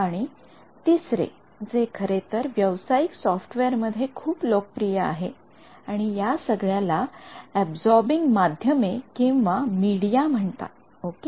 आणि तिसरे जे खरेतर व्यावसायिक सॉफ्टवेअर मध्ये खूप लोकप्रिय आहे आणि या सगळ्याला अबसॉरबिंग माध्यमेमीडिया म्हणतात ओके